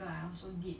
lah